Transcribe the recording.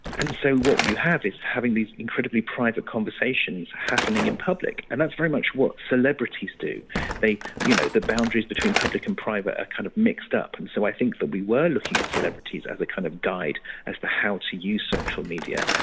and so, what you have is having these incredibly private conversations happening in public and that's very much what celebrities do you know the boundaries between public and private are ah kind of mixed up. and so, i think that we were looking at celebrities as a kind of guide as to how to use social media.